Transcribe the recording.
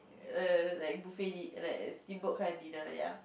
err like buffet di~ like steamboat kind of dinner ya